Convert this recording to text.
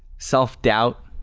self-doubt